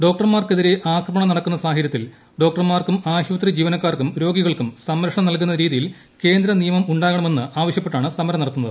ഡോക്ടർമാർക്കെതിരെ ആക്രമണം നടക്കുന്ന സാഹചര്യത്തിൽ ഡോക്ടർ മാർക്കും ആശുപത്രി ജീവനക്കാർക്കും രോഗികൾക്കും സംരക്ഷണം നൽകുന്ന രീതിയിൽ കേന്ദ്രനിയമം ഉണ്ടാകണം എന്ന് ആവശ്യപ്പെട്ടാണ് സമരം നടത്തുന്നത്